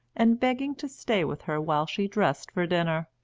and begging to stay with her while she dressed for dinner.